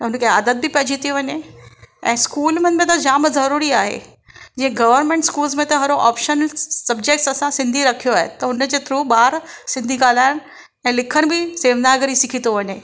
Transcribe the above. उनखे आदत थी पइजी वञे ऐं स्कूलनि में त जामु ज़रूरी आहे जीअं गवर्मेंट स्कूल्स में त ऑपशनल सब्जेक्ट असां सिंधी रखियो आहे उनजे थ्रू ॿारु सिंधी ॻाल्हाइणु ऐं लिखणु बि देवनागिरी सिखी थो वञे